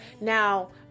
now